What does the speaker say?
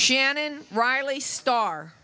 shannon riley star